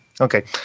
okay